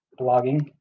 blogging